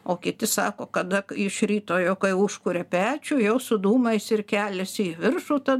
o kiti sako kada iš ryto jau kai užkuria pečių jau su dūmais ir keliasi į viršų ta